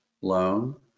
loan